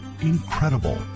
incredible